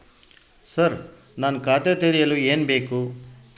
Sir ನಾನು ಖಾತೆ ತೆರೆಯಲು ಏನು ಬೇಕು?